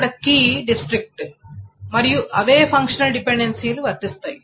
ఇక్కడ key district మరియు అవే ఫంక్షనల్ డిపెండెన్సీలు వర్తిస్తాయి